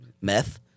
Meth